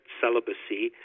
celibacy